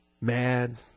mad